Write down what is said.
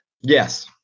Yes